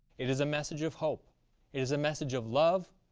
it is a message of hope. it is a message of love.